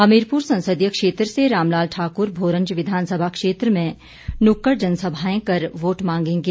हमीरपुर संसदीय क्षेत्र से रामलाल ठाकुर भोरंज विधानसभा क्षेत्र में नुक्कड़ जनसभाएं कर वोट मांगेंगे